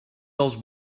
dels